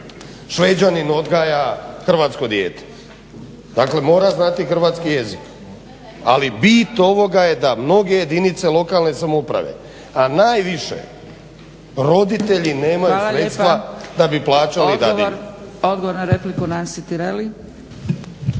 Šveđanin odgaja hrvatsko dijete. Dakle, mora znati hrvatski jezik. Ali, bit ovoga je da mnoge jedinice lokalne samouprave, a najviše roditelji nemaju sredstava da bi plaćali dadilje.